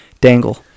Dangle